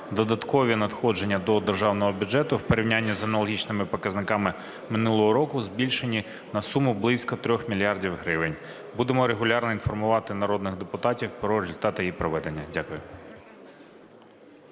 додаткові надходження до державного бюджету в порівнянні з аналогічними показниками минулого року збільшені на суму близько 3 мільярдів гривень. Будемо регулярно інформувати народних депутатів про результати її проведення. Дякую.